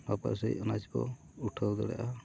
ᱯᱟᱥᱮᱡ ᱚᱱᱟᱡ ᱠᱚ ᱩᱴᱷᱟᱹᱣ ᱫᱟᱲᱮᱭᱟᱜᱼᱟ